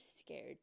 scared